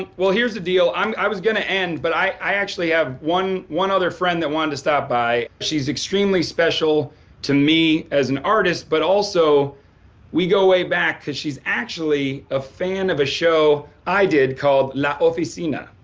ah well, here's the deal. um i was gonna end but i actually have one one other friend that wanted to stop by. she's extremely special to me as an artist, but also we go way back because she's actually a fan of a show i did called la oficina.